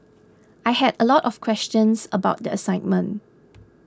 I had a lot of questions about the assignment